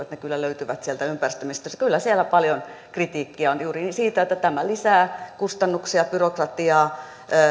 ne kyllä löytyvät sieltä ympäristöministeriöstä kyllä siellä paljon kritiikkiä on juurikin siitä että tämä lisää kustannuksia byrokratiaa